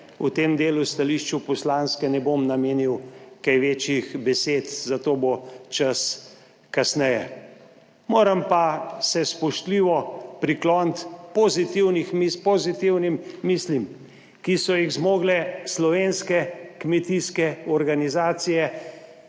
v tem delu stališču poslanske ne bom namenil kaj večjih besed, za to bo čas kasneje, moram pa se spoštljivo prikloniti pozitivnih misli, pozitivnim mislim, ki so jih zmogle slovenske kmetijske organizacije